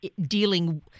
dealing